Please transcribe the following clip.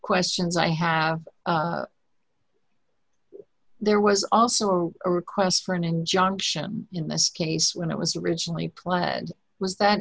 questions i have there was also a request for an injunction in this case when it was originally planned was that